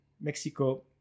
Mexico